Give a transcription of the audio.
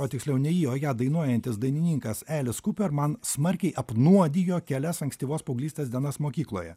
o tiksliau ne ji o ją dainuojantis dainininkas elis kuper man smarkiai apnuodijo kelias ankstyvos paauglystės dienas mokykloje